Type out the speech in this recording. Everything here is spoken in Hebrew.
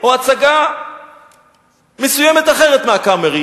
או הצגה מסוימת אחרת מ"הקאמרי".